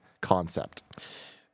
concept